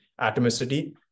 atomicity